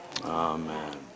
Amen